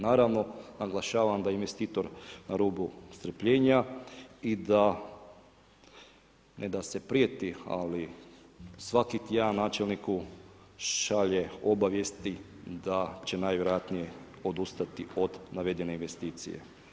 Naravno naglašavam da je investitor na rubu strpljenja i da, ne da se prijeti, ali svaki tjedan načelniku šalje obavijesti da će najvjerojatnije odustati od navedene investicije.